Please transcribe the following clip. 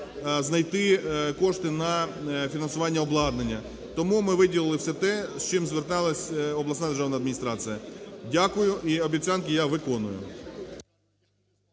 знайти кошти на фінансування обладнання. Тому ми виділили все те, з чим звертались обласна державна адміністрація. Дякую. І обіцянки я виконую.